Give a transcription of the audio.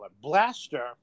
Blaster